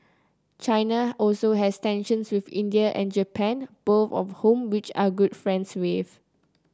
China also has tensions with India and Japan both of whom which are good friends with